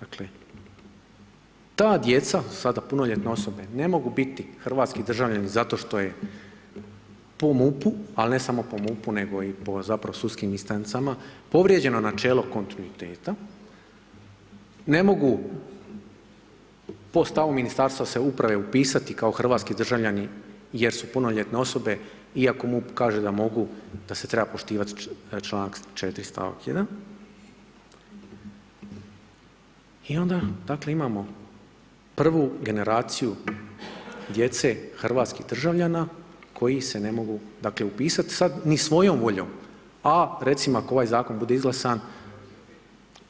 Dakle ta djeca su sada punoljetne osobe ne mogu biti hrvatski državljanin zato što je po MUP-u, ali ne samo po MUP-u nego i po zapravo sudskim instancama povrijeđeno načelo kontinuiteta, ne mogu po stavu Ministarstva se uprave upisati kao hrvatski državljani jer su punoljetne osobe iako MUP kaže da mogu, da se treba poštivati članak 4. stavak 1. i onda dakle imamo prvu generaciju djece hrvatskih državljana koji se ne mogu dakle upisati sad ni svojom voljom a recimo ako ovaj zakon bude izglasan